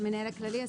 המנהל הכללי.